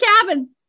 cabin